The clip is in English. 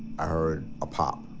i heard a pop.